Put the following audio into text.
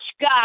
God